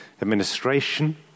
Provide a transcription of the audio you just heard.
administration